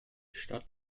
stadt